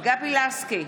גבי לסקי,